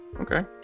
Okay